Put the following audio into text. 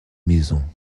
maisons